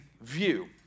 view